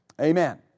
Amen